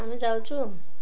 ଆମେ ଯାଉଛୁ